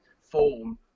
form